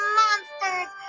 monsters